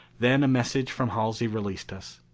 then a message from halsey released us.